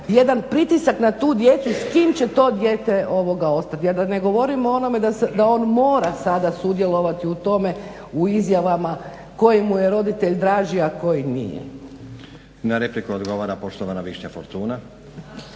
jedan pritisak na tu djecu s kim će to dijete ostati. A da ne govorimo o onome da on mora sada sudjelovati u tome u izjavama koji mu je roditelj draži, a koji nije. **Stazić, Nenad (SDP)** Na repliku odgovara poštovana Višnja Fortuna.